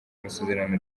amasezerano